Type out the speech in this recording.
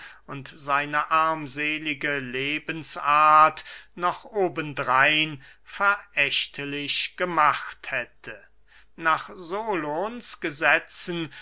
und seine armselige lebensart noch oben drein verächtlich gemacht hätte nach solons gesetzen